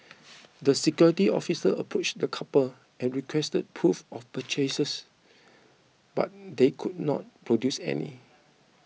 the security officer approached the couple and requested proof of purchases but they could not produce any